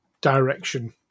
direction